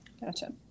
Gotcha